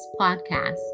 podcast